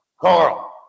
Carl